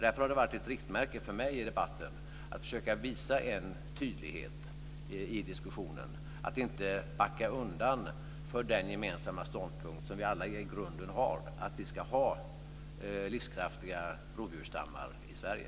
Därför har det varit ett riktmärke för mig i debatten att försöka visa en tydlighet i diskussionen, att inte backa undan för den gemensamma ståndpunkt som vi alla i grunden har, att vi ska ha livskraftiga rovdjursstammar i Sverige.